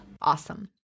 Awesome